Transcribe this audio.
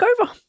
over